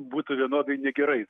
būtų vienodai negerai